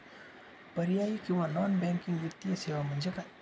पर्यायी किंवा non banking वित्तीय सेवा म्हणजे काय?